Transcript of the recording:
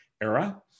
Era